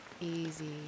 easy